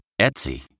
Etsy